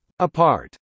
Apart